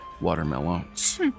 watermelons